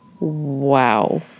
Wow